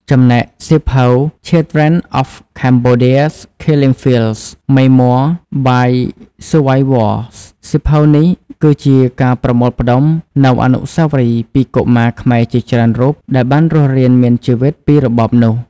ចំណែក សៀវភៅ Children of Cambodia’s Killing Fields: Memoirs by Survivors សៀវភៅនេះគឺជាការប្រមូលផ្តុំនូវអនុស្សាវរីយ៍ពីកុមារខ្មែរជាច្រើនរូបដែលបានរស់រានមានជីវិតពីរបបនោះ។